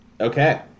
Okay